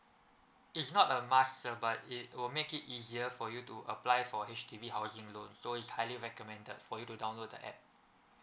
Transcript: it's not a must uh but it will make it easier for you to apply for H_D_B house loan so is highly recommended for you to download the app